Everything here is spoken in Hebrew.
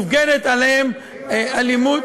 שמופגנת כלפיהם אלימות.